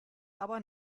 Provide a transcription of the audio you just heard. aber